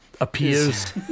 appears